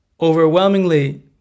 overwhelmingly